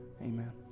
Amen